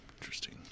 Interesting